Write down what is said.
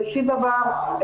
ראשית דבר,